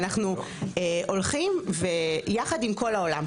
ואנחנו הולכים יחד עם כל העולם.